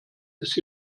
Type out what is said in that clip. ist